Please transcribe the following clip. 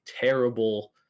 terrible